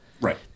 right